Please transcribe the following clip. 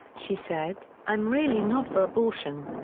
she said, i'm really not for abortion.